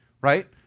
right